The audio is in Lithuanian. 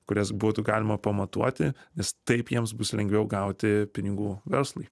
kurias būtų galima pamatuoti nes taip jiems bus lengviau gauti pinigų verslui